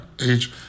age